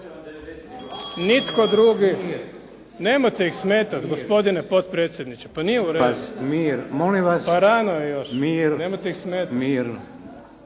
nitko drugi. Nemojte ih smetat gospodine potpredsjedniče. Pa nije u redu. Pa rano je još, nemojte ih smetati.